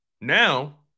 now